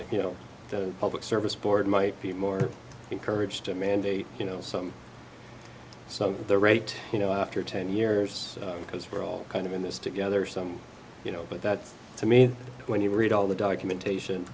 and you know the public service board might be more encouraged to mandate you know some so the rate you know after ten years because we're all kind of in this together some you know but that to me when you read all the documentation